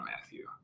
Matthew